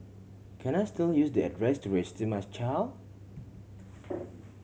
can I still use the address to register my child